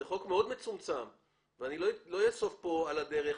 זה חוק מאוד מצומצם ואני לא אאסוף כאן על הדרך.